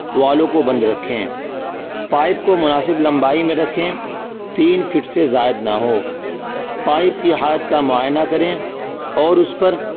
والوں کو بند رکھیں پائپ کو مناسب لمبائی میں رکھیں تین فٹ سے زائد نہ ہو پائپ کی حالت کا معائنہ کریں اور اس پر